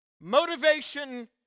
motivation